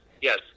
Yes